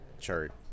chart